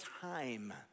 time